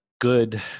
good